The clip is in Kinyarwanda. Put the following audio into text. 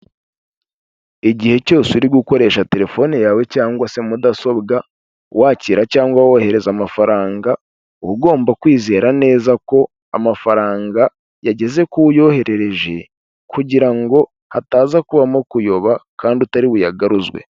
Igihe cyose uri gukoresha telefone yawe cyangwa se mudasobwa, wakira cyangwa wohereza amafaranga, uba ugomba kwizera neza ko amafaranga yageze ku wo uyoherereje, kugira ngo hataza kubamo kuyoba kandi utari buyagaruzwe.